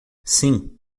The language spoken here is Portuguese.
sim